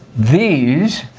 these,